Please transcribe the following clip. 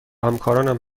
همکارانم